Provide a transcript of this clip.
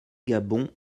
gabon